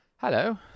Hello